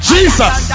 Jesus